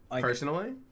Personally